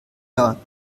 jahr